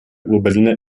urberliner